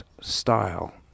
style